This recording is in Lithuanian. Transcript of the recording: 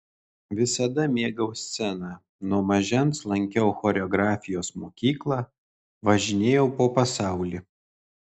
visada mėgau sceną nuo mažens lankiau choreografijos mokyklą važinėjau po pasaulį